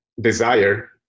desire